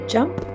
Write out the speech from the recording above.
Jump